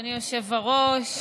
אדוני היושב-ראש.